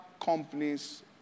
companies